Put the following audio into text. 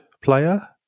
player